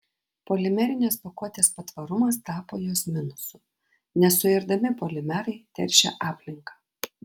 polimerinės pakuotės patvarumas tapo jos minusu nesuirdami polimerai teršia aplinką